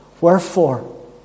Wherefore